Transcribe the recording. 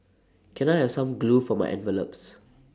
can I have some glue for my envelopes